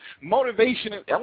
motivation